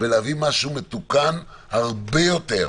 ולהביא משהו מתוקן הרבה יותר,